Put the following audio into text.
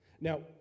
Now